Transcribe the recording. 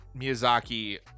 Miyazaki